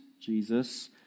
Jesus